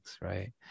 right